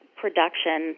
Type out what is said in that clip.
production